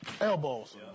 elbows